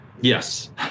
Yes